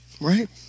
right